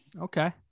Okay